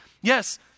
Yes